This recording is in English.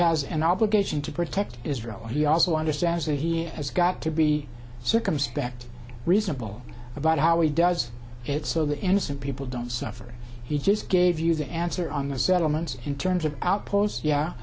has an obligation to protect israel and he also understands that he has got to be circumspect reasonable about how he does it so that innocent people don't suffer he just gave you the answer on the settlements in terms of outposts yeah